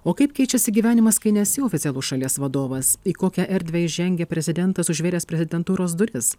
o kaip keičiasi gyvenimas kai nesi oficialus šalies vadovas į kokią erdvę įžengia prezidentas užvėręs prezidentūros duris